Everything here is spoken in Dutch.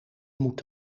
moet